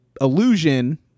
illusion